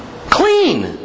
clean